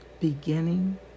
beginning